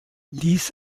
dies